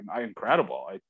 incredible